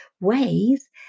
ways